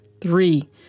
Three